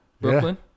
Brooklyn